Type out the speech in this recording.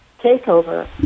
takeover